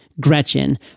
Gretchen